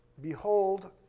Behold